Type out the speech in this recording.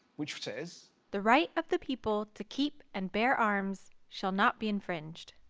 which which says the right of the people to keep and bear arms, shall not be infringed.